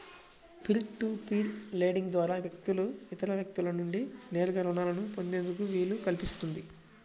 peer to peer lending ద్వారా వ్యక్తులు ఇతర వ్యక్తుల నుండి నేరుగా రుణాలను పొందేందుకు వీలు కల్పిస్తుంది